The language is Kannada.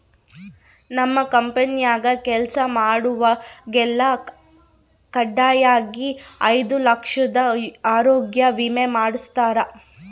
ನಮ್ ಕಂಪೆನ್ಯಾಗ ಕೆಲ್ಸ ಮಾಡ್ವಾಗೆಲ್ಲ ಖಡ್ಡಾಯಾಗಿ ಐದು ಲಕ್ಷುದ್ ಆರೋಗ್ಯ ವಿಮೆ ಮಾಡುಸ್ತಾರ